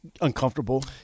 Uncomfortable